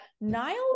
Niall